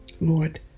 Lord